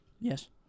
Yes